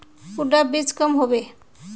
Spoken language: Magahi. कुंडा बीज कब होबे?